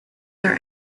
are